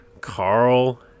Carl